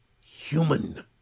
human